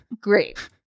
great